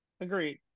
Agreed